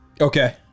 Okay